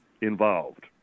involved